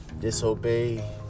disobey